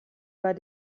bei